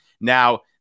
Now